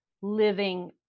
living